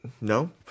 no